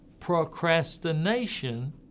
procrastination